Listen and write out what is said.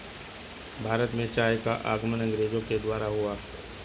भारत में चाय का आगमन अंग्रेजो के द्वारा हुआ